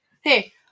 Hey